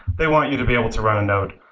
they want you to be able to run a node.